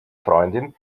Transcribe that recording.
freundin